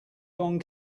gone